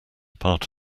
part